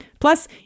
Plus